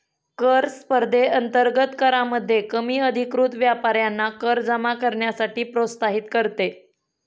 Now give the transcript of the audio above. कर स्पर्धेअंतर्गत करामध्ये कमी अधिकृत व्यापाऱ्यांना कर जमा करण्यासाठी प्रोत्साहित करते